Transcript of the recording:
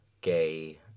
gay